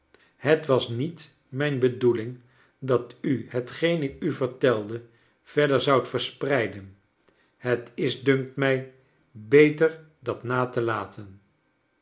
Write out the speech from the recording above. het was niet mijn bedoeling dat u hetgeen ik u vertelde verder zoudt verspreiden het is dunkt mij betcr dat na te laten